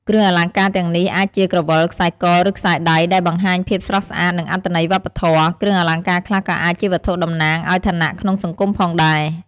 គ្រឿងអលង្ការទាំងនេះអាចជាក្រវិល ខ្សែក ឬខ្សែដៃ ដែលបន្ថែមភាពស្រស់ស្អាត និងអត្ថន័យវប្បធម៌។ គ្រឿងអលង្ការខ្លះក៏អាចជាវត្ថុតំណាងឲ្យឋានៈក្នុងសង្គមផងដែរ។